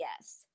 yes